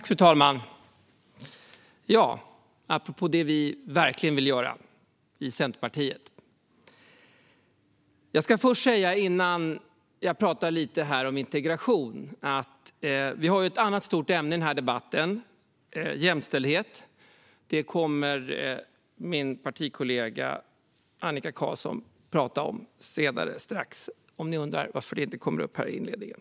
Fru talman! Innan jag talar lite om integration ska jag säga att vi har ett annat stort ämne i denna debatt: jämställdhet. Det kommer min partikollega Annika Qarlsson att tala om senare. Detta om ni undrar varför det inte kommer upp här i inledningen.